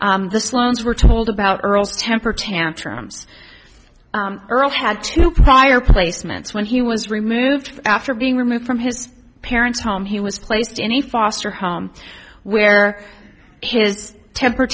t the sloan's were told about earl's temper tantrums earlier had two prior placements when he was removed after being removed from his parent's home he was placed in a foster home where his temper